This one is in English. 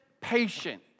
patient